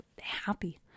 happy